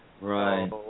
Right